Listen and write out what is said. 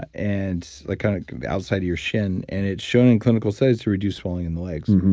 ah and like kind of the outside of your shin. and it's show and in clinical studies to reduce swelling in the legs.